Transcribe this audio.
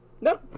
No